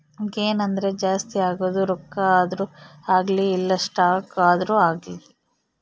gain ಅಂದ್ರ ಜಾಸ್ತಿ ಆಗೋದು ರೊಕ್ಕ ಆದ್ರೂ ಅಗ್ಲಿ ಇಲ್ಲ ಸ್ಟಾಕ್ ಆದ್ರೂ ಆಗಿರ್ಲಿ